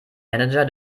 manager